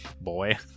boy